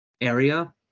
area